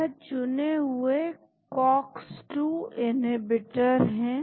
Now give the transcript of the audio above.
यह चुने हुए cox 2 इन्हींबीटर है